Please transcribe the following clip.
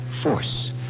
force